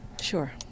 Sure